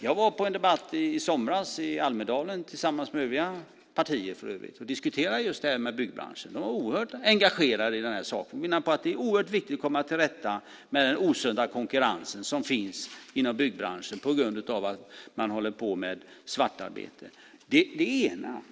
Jag var på en debatt i somras i Almedalen, tillsammans med övriga partier för övrigt, och diskuterade just det här med byggbranschen. Man var oerhört engagerad i den här saken och menade att det är oerhört viktigt att komma till rätta med den osunda konkurrens som finns inom byggbranschen på grund av att man håller på med svartarbete. Det är det ena.